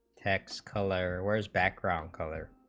text color wears background color